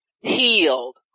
Healed